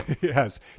Yes